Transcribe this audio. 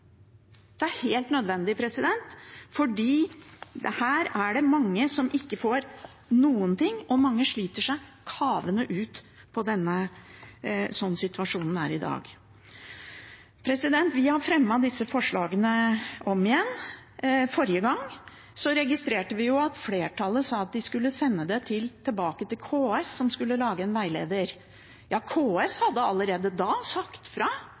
Det er helt nødvendig, for her er det mange som ikke får noen ting, og mange sliter seg kavende ut sånn som situasjonen er i dag. Vi har fremmet disse forslagene om igjen. Forrige gang registrerte vi at flertallet sa at de skulle sende det tilbake til KS, som skulle lage en veileder. KS hadde allerede da sagt fra